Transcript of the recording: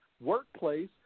workplace